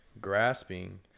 grasping